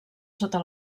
sota